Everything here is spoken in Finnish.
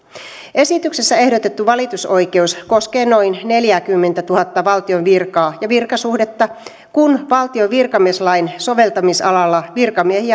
esityksessä ehdotettu valitusoikeus koskee noin neljääkymmentätuhatta valtion virkaa ja virkasuhdetta kun valtion virkamieslain soveltamisalalla virkamiehiä